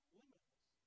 limitless